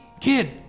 Kid